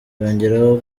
yongeraho